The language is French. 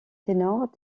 ténors